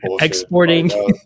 exporting